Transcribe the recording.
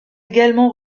également